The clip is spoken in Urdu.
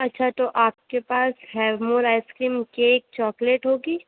اچھا تو آپ کے پاس ہیو مور آئس کریم کی ایک چاکلیٹ ہوگی